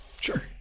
Sure